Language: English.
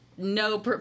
no